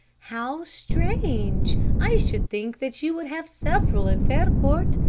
how strange! i should think that you would have several in fairport.